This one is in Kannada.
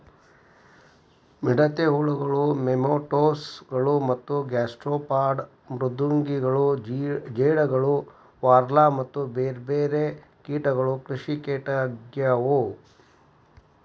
ಮಿಡತೆ ಹುಳಗಳು, ನೆಮಟೋಡ್ ಗಳು ಮತ್ತ ಗ್ಯಾಸ್ಟ್ರೋಪಾಡ್ ಮೃದ್ವಂಗಿಗಳು ಜೇಡಗಳು ಲಾರ್ವಾ ಮತ್ತ ಬೇರ್ಬೇರೆ ಕೇಟಗಳು ಕೃಷಿಕೇಟ ಆಗ್ಯವು